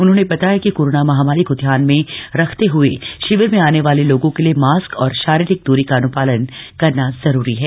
उन्होंने बताया कि कोरोना महामारी को ध्यान में रखते हये शिविर में आने वाले लोगों के लिए मास्क और शारीरिक दूरी का अन्पालन करना जरूरी हैं